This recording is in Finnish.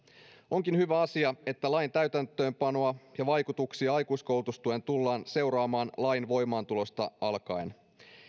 onkin hyvä asia että lain täytäntöönpanoa ja vaikutuksia aikuiskoulutustukeen tullaan seuraamaan lain voimaantulosta alkaen